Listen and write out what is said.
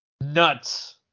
nuts